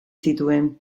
zituen